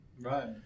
Right